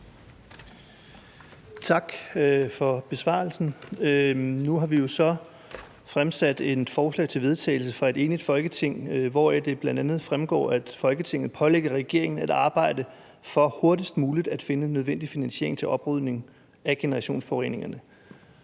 Tak for besvarelsen. Nu har vi så fremsat et forslag til vedtagelse fra et enigt Folketing, hvoraf det bl.a. fremgår, at Folketinget pålægger regeringen at arbejde for hurtigst muligt at finde den nødvendige finansiering til oprydning af generationsforureninger.